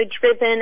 driven